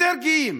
יותר גאים.